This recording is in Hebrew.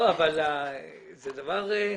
תודה רבה.